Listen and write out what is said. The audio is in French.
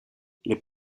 les